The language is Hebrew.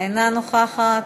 אינה נוכחת.